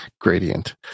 gradient